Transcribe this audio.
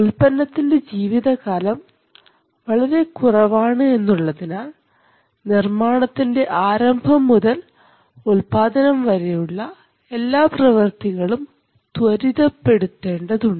ഉൽപ്പന്നത്തിൻറെ ജീവിതകാലം വളരെ കുറവാണ് എന്നുള്ളതിനാൽ നിർമ്മാണത്തിൻറെ ആരംഭം മുതൽ ഉൽപാദനം വരെയുള്ള എല്ലാ പ്രവൃത്തികളും ത്വരിതപ്പെടുത്തേണ്ടത് ഉണ്ട്